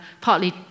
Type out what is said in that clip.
Partly